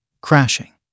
Crashing